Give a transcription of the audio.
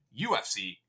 UFC